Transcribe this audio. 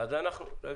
אפשר?